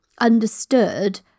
understood